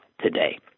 today